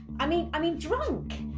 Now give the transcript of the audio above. i mean i mean drunk!